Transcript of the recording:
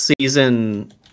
season